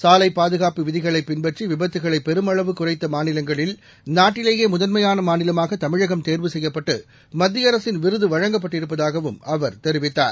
சாலை பாதுகாப்பு விதிகளை பின்பற்றி விபத்துகளை பெருமளவு குறைத்த மாநிலங்களில் நாட்டிலேயே முதன்மயாக மாநிலமாக தமிழகம் தேர்வு செய்யப்பட்டு மத்திய அரசின் விருது வழங்கப்பட்டிருப்பதாகவும் அவர் தெரிவித்தார்